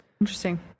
Interesting